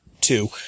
two